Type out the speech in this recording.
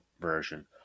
version